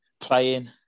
playing